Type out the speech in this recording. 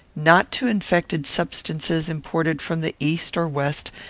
not to infected substances imported from the east or west,